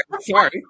Sorry